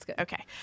Okay